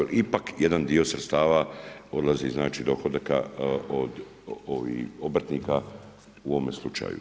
Ipak jedan dio sredstava odlazi, znači dohodaka od obrtnika u ovome slučaju.